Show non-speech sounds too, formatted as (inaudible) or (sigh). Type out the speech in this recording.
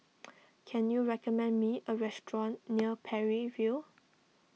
(noise) can you recommend me a restaurant near (noise) Parry View